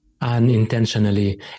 unintentionally